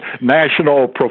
national